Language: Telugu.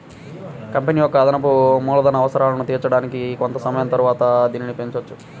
కంపెనీ యొక్క అదనపు మూలధన అవసరాలను తీర్చడానికి కొంత సమయం తరువాత దీనిని పెంచొచ్చు